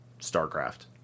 StarCraft